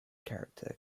character